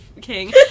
King